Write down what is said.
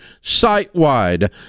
site-wide